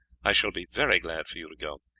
i shall be very glad for you to go.